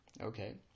Okay